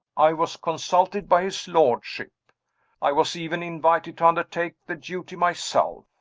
i was consulted by his lordship i was even invited to undertake the duty myself.